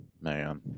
Man